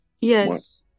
yes